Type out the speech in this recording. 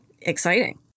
exciting